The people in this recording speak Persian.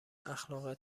اخلاقات